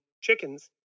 chickens